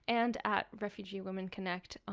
and at refugee women connect